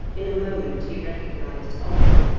in a moment he recognised oliver,